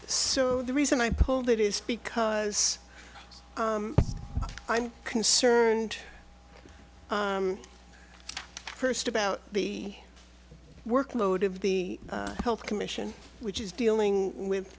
so the reason i pulled it is because i'm concerned first about the workload of the health commission which is dealing with